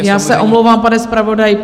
Já se omlouvám, pane zpravodaji.